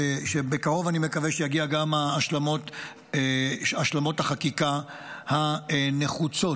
ואני מקווה שבקרוב יגיעו גם השלמות החקיקה הנחוצות.